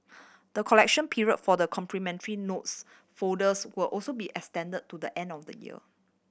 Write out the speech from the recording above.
the collection period for the complimentary notes folders will also be extended to the end of the year